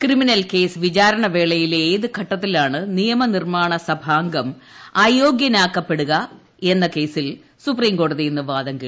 criminal case വിചാരണ വേളയിലെ ഏതു ഘട്ടത്തിലാണ് ന് നിയമനിർമ്മാണ സഭാംഗം അയോഗൃനാക്കപ്പെടുകയെന്ന കേസിൽ സുപ്രീം കോടതി ഇന്ന് വാദം തുടങ്ങും